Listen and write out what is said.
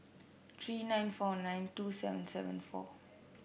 three nine four nine two seven seven four